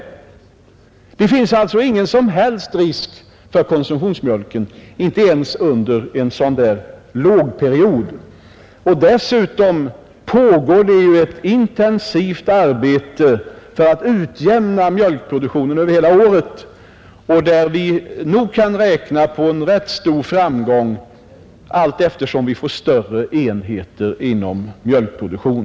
Det finns alltså ingen som helst risk för konsumtionsmjölken, inte ens under en sådan lågperiod. Dessutom pågår det ju ett intensivt arbete för att utjämna mjölkproduktionen över hela året, och vi kan nog räkna med en rätt stor framgång därvidlag allteftersom vi får större enheter inom mjölkproduktionen.